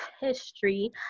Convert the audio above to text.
history